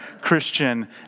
Christian